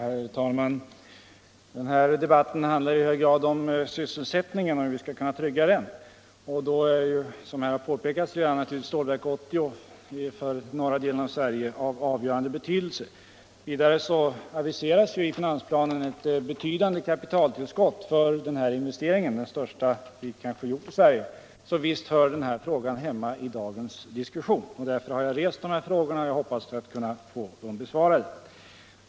Herr talman! Den här debatten handlar ju i hög grad om sysselsättningen och hur vi skall kunna trygga den. I det sammanhanget har, som redan påpekats här, Stålverk 80 avgörande betydelse för norra delen av Sverige. Vidare aviseras i finansplanen ett betydande kapitaltillskott för denna investering, kanske den största vi haft i Sverige. Denna fråga hör alltså hemma i dagens diskussion, och det är därför jag har rest mina frågor, som jag hoppas kunna få besvarade.